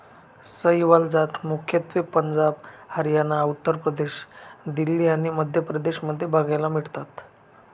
सहीवाल जात मुख्यत्वे पंजाब, हरियाणा, उत्तर प्रदेश, दिल्ली आणि मध्य प्रदेश मध्ये बघायला मिळतात